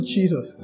Jesus